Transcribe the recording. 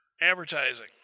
Advertising